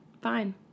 Fine